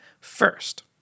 first